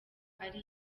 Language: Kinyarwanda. ari